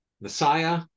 Messiah